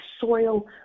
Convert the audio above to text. soil